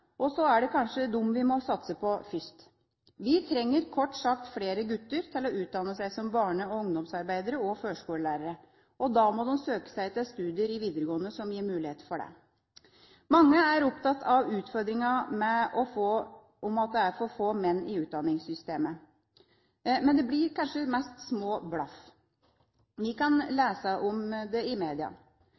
og så er det kanskje dem vi må satse på først. Kort sagt trenger vi flere gutter til å utdanne seg til barne- og ungdomsarbeidere og førskolelærere. Da må de søke seg til studier i videregående som gir mulighet for det. Mange er opptatt av utfordringa med at det er for få menn i utdanningssystemet, men det blir kanskje mest små blaff. Vi kan lese om det i media.